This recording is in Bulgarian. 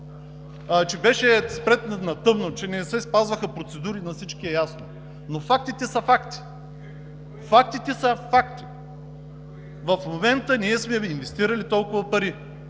Че беше спретнат на тъмно, че не се спазваха процедурите, на всички е ясно. Но фактите са факти. Фактите са факти! В момента ние сме инвестирали толкова пари,